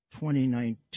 2019